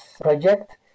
project